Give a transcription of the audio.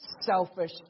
selfish